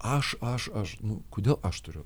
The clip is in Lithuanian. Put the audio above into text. aš aš aš nu kodėl aš turiu